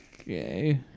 Okay